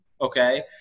Okay